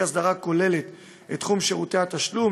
הסדרה כוללת את תחום שירותי התשלום,